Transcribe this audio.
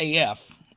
AF